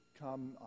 come